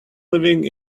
living